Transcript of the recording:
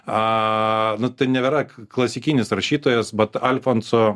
a nu tai nėbėra klasikinis rašytojas bet alfonso